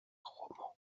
roman